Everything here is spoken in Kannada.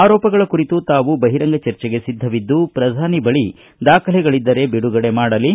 ಆರೋಪಗಳ ಕುರಿತು ತಾವು ಬಹಿರಂಗ ಚರ್ಚೆಗೆ ಸಿದ್ಧವಿದ್ದು ಪ್ರಧಾನಿ ಬಳಿ ದಾಖಲೆಗಳಿದ್ದರೆ ಬಿಡುಗಡೆ ಮಾಡಲಿ